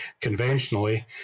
conventionally